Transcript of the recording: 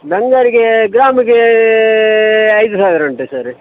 ಬಂಗಾರಿಗೆ ಗ್ರಾಮಿಗೆ ಐದು ಸಾವಿರ ಉಂಟು ಸರ್